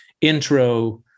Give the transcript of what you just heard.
intro